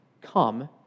Come